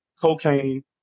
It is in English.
cocaine